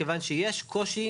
מכיוון שיש קושי.